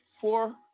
four